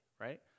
right